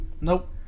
nope